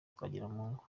twagiramungu